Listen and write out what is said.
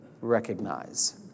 recognize